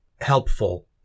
helpful